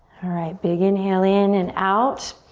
alright, big inhale in and out.